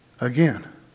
again